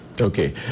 Okay